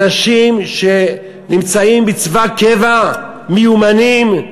אנשים שנמצאים בצבא קבע, מיומנים,